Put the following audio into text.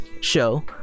show